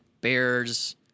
Bears